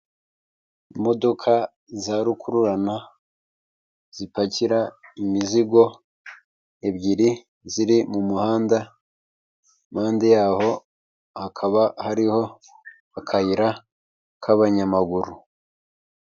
Imodoka za rukururana zipakira imizigo ebyiri ziri mu muhanda, impande y'aho hakaba hariho akayira k'abanyamaguru.